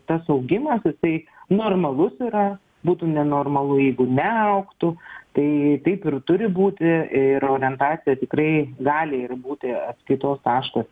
tas augimas tai normalus yra būtų nenormalu jeigu neaugtų tai taip ir turi būti ir orientacija tikrai gali ir būti atskaitos taškas